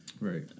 Right